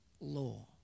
law